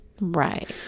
Right